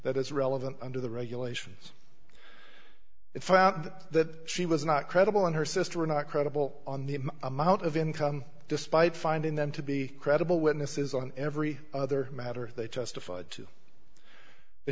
that is relevant under the regulations it found that she was not credible and her sister were not credible on the amount of income despite finding them to be credible witnesses on every other matter they testified to the